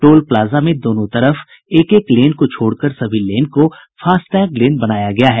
toll plaza में दोनों तरफ एक एक लेन को छोड़कर सभी लेन को फास्टैग लेन बनाया गया है